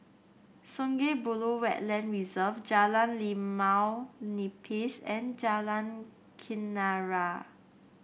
Sungei Buloh Wetland Reserve Jalan Limau Nipis and Jalan Kenarah